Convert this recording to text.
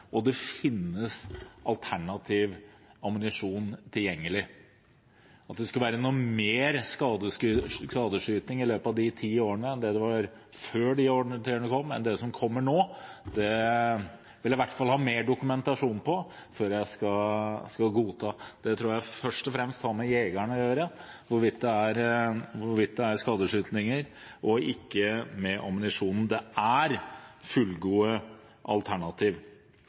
og det finnes alternativ ammunisjon tilgjengelig. At det skulle være noe mer skadeskyting i løpet av de ti årene enn det var før de ti årene, og enn det som kommer nå, vil jeg i hvert fall ha mer dokumentasjon på før jeg skal godta. Jeg tror først og fremst det har med jegerne å gjøre hvorvidt det er skadeskytinger, ikke med ammunisjonen. Det finnes fullgode alternativer. Selv om Venstre er